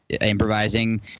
improvising